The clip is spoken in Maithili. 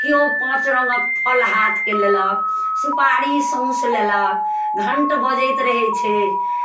किओ पाँच रङ्गक फल हाथके लेलक सुपारी सौँस लेलक घण्ट बजैत रहै छै